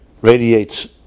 radiates